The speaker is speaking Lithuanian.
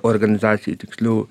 organizacijai tiksliau